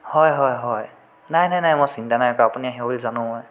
হয় হয় হয় নাই নাই নাই মই চিন্তা নাই কৰা আপুনি আহিব বুলি জানোৱেই